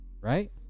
right